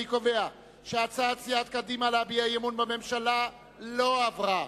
אני קובע שהצעת סיעת קדימה להביע אי-אמון בממשלה לא עברה.